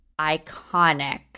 iconic